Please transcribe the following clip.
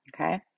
Okay